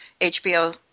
HBO